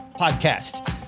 Podcast